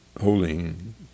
holding